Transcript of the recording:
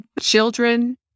children